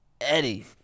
eddie